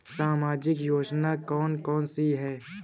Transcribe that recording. सामाजिक योजना कौन कौन सी हैं?